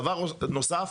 דבר נוסף,